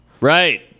Right